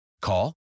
Call